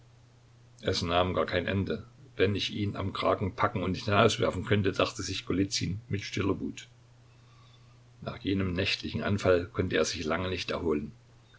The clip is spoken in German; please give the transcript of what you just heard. es nahm gar kein ende wenn ich ihn am kragen packen und hinauswerfen könnte dachte sich golizyn mit stiller wut nach jenem nächtlichen anfall konnte er sich lange nicht erholen